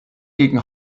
gegen